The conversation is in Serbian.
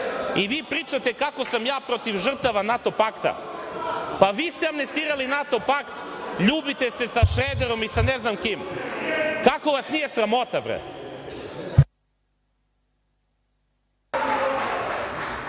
vi pričate kako sam ja protiv žrtava NATO pakta, pa vi ste amnestirali NATO pakt, ljubite se sa Šrederom i sa ne znam kim, kako vas nije sramota.